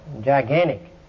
Gigantic